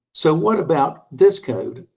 so what about this code?